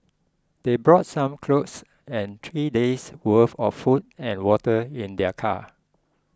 they brought some clothes and three day's worth of food and water in their car